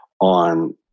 on